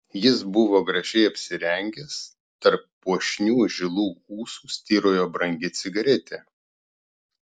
jis buvo gražiai apsirengęs tarp puošnių žilų ūsų styrojo brangi cigaretė